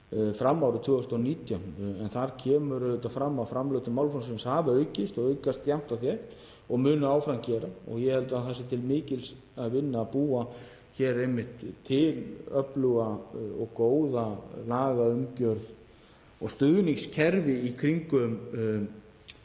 fram árið 2019 en þar kemur fram að framlög til málaflokksins hafa aukist og aukast jafnt og þétt og munu áfram gera. Ég held að það sé til mikils að vinna að búa hér til öfluga og góða lagaumgjörð og stuðningskerfi í kringum